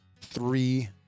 three